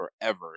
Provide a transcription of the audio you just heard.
forever